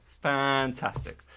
fantastic